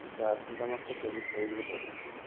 ଏଇଟା ଆସନ୍ତା ମାସ ଚବିଶ ତାରିଖରେ ପଡ଼ିବ